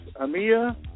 Amia